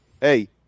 hey